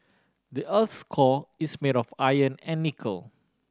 the earth core is made of iron and nickel